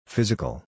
Physical